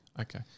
Okay